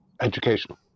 educational